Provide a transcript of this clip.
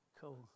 Cool